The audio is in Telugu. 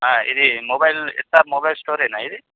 ఇది మొబైల్ ఎంత మొబైల్ స్టోరేనా ఇది